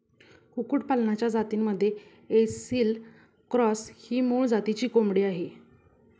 कुक्कुटपालनाच्या जातींमध्ये ऐसिल क्रॉस ही मूळ जातीची कोंबडी आहे